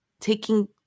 taking